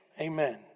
Amen